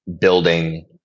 building